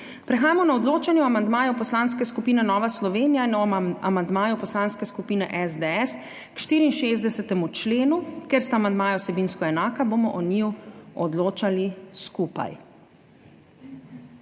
Prehajamo na odločanje o amandmaju Poslanske skupine Nova Slovenija in o amandmaju Poslanske skupine SDS k 64. členu. Ker sta amandmaja vsebinsko enaka, bomo o njiju odločali skupaj.